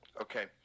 okay